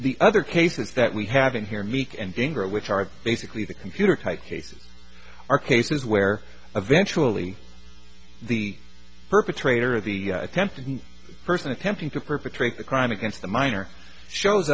the other cases that we have in here meek and ingrid which are basically the computer type cases are cases where eventually the perpetrator of the attempted person attempting to perpetrate a crime against the minor shows